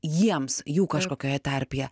jiems jų kažkokioje terpėje